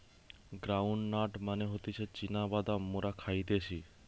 ground nut মানে হতিছে চীনা বাদাম মোরা খাইতেছি